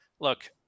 Look